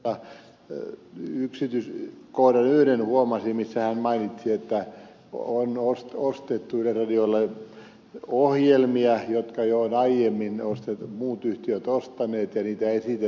heinosen puheesta yhden yksityiskohdan huomasin missä hän mainitsi että on ostettu yleisradiolle ohjelmia jotka jo aiemmin ovat muut yhtiöt ostaneet ja niitä esitetään